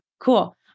cool